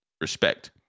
respect